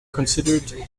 considered